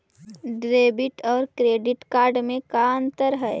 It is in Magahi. डेबिट और क्रेडिट कार्ड में का अंतर है?